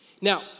Now